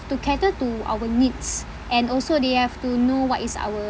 to cater to our needs and also they have to know what is our